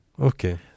Okay